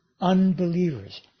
unbelievers